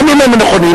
גם אם הם נכונים,